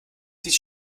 sieht